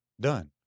Done